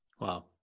Wow